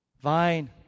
Vine